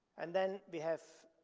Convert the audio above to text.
and then we have,